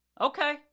Okay